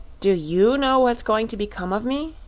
do you know what's going to become of me?